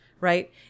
right